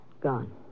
gone